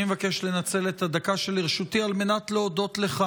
אני מבקש לנצל את הדקה שלרשותי על מנת להודות לך